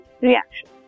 reaction